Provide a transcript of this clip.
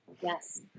Yes